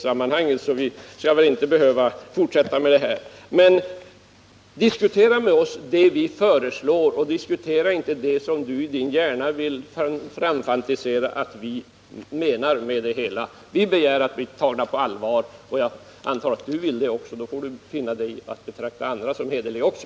Jag tycker inte att vi skall behöva fortsätta längre med det här resonemanget. Diskutera gärna med oss det vi föreslår, men diskutera inte det som du i din hjärna vill framfantisera att vi menar med det hela! Vi begär att få bli tagna på allvar. Och jag antar att du vill det också, men då får du finna dig i att betrakta andra som hederliga också.